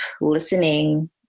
listening